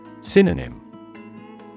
Synonym